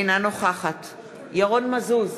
אינה נוכחת ירון מזוז,